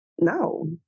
no